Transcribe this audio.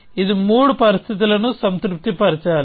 ఇది మూడు షరతులను సంతృప్తి పరచాలి